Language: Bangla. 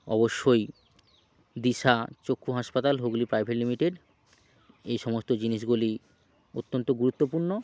অবশ্যই দিশা চক্ষু হাসপাতাল হুগলি প্রাইভেট লিমিটেড এই সমস্ত জিনিসগুলি অত্যন্ত গুরুত্বপূর্ণ